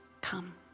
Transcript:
Come